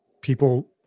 people